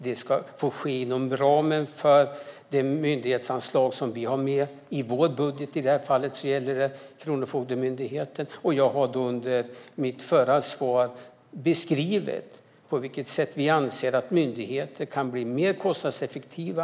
Det ska ske inom ramen för de myndighetsanslag vi har med i vårt budgetalternativ - i det här fallet gäller det anslaget till Kronofogdemyndigheten - och jag beskrev i mitt svar på vilket sätt vi anser att myndigheter kan bli mer kostnadseffektiva.